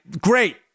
great